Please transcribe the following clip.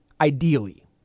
ideally